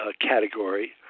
category